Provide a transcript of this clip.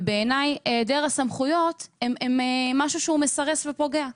ובעיניי היעדר הסמכויות הם משהו שהוא מסרס ופוגע.